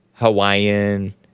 Hawaiian